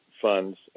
funds